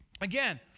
Again